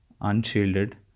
unshielded